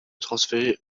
transférer